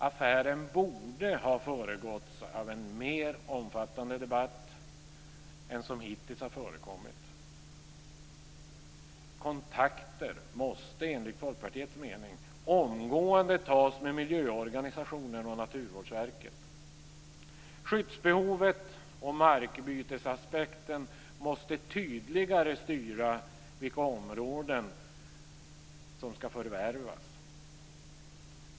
Affären borde ha föregåtts av en mer omfattande debatt än vad som hittills har förekommit. Kontakter måste enligt Folkpartiets mening omgående tas med miljöorganisationer och med Naturvårdsverket. Skyddsbehovet och markbytesaspekten måste tydligare styra vilka områden som skall förvärvas.